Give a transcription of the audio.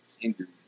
injuries